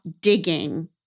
digging